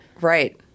right